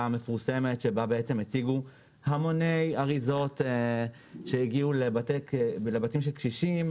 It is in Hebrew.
מפורסמת שבה הציגו המוני אריזות שהגיעו לבתים של קשישים.